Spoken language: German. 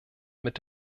mit